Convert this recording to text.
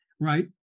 right